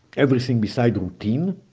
everything beside routine.